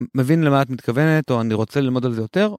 מבין למה את מתכוונת, או אני רוצה ללמוד על זה יותר,